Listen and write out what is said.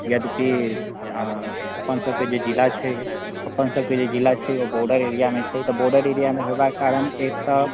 यद्यपि अपन सभकेँ जे जिला छै अपन सभकेँ जे जिला छै ओ बोर्डर एरियामे छै तऽ बोर्डर एरियामे होएबाक कारण एक तऽ